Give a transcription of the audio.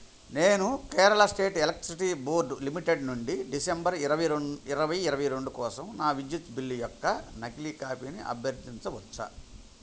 నేను Kerala state electricity board limited నుండి December ఇరవై రెం ఇరవై ఇరవై రెండు కోసం నా విద్యుత్ బిల్లు యొక్క నకిలీ కాపీని అభ్యర్థించవచ్చా